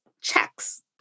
checks